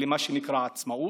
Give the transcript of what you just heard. למה שנקרא עצמאות,